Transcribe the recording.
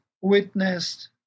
witnessed